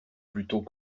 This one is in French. plutôt